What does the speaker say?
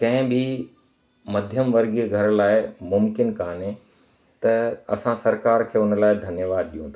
कंहिं बि मध्यम वर्गीअ घर लाइ मुमक़िन काने त असां सरकार खे उन लाइ धन्यवाद ॾियूं था